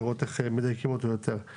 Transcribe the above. לראות איך מדייקים אותה יותר,